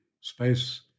space